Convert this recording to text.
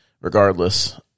regardless